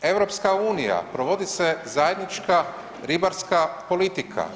EU, provodi se zajednička ribarska politika.